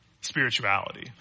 spirituality